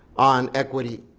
on equity,